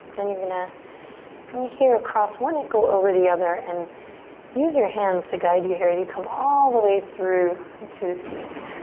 and you're gonna from here cross one ankle over the other and use your hands to guide you here as you come all the way through to a seat.